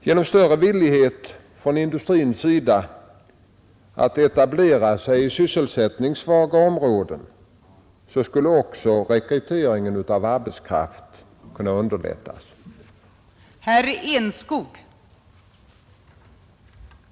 Genom större villighet från industrins sida att etablera sig i sysselsättningssvaga områden skulle också rekryteringen av arbetskraft underlättas. att förse industrier med arbetskraft att förse industrier med arbetskraft